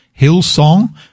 Hillsong